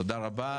תודה רבה.